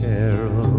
Carol